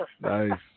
Nice